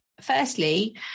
Firstly